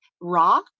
raw